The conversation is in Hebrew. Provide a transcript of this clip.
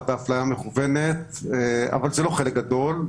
באפליה מכוונת, אבל זה לא חלק גדול.